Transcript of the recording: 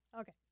Okay